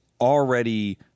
already